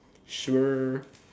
sure